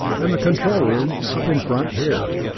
and the control room up in front, here.